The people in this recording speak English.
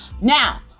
Now